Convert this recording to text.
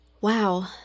Wow